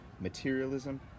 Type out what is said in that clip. materialism